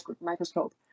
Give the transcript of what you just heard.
microscope